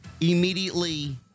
immediately